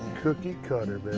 cookie-cutter,